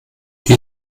die